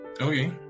Okay